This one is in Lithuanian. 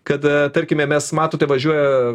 kada tarkime mes matote važiuoja